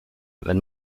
wenn